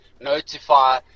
notify